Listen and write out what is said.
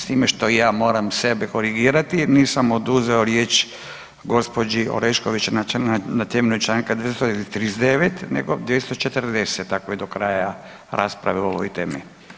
S time što ja moram sebe korigirati jer nisam oduzao riječ gospođi Orešković na temelju članka 239., nego 240. ako je do kraja rasprave o ovoj temi.